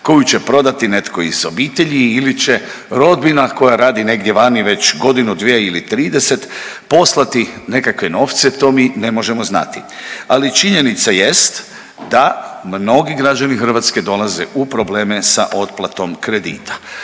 koju će prodati netko iz obitelji ili će rodbina koja radi negdje vani već godinu, dvije ili 30 poslati nekakve novce to mi ne možemo znati, ali činjenica jest da mnogi građani hrvatske dolaze u probleme sa otplatom kredita.